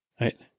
Right